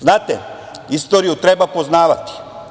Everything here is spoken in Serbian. Znate, istoriju treba poznavati.